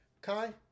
Kai